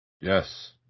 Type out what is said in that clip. Yes